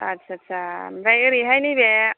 आच्चा आच्चा ओमफ्राय ओरैहाय नैबे